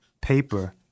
paper